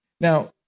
Now